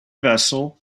vessel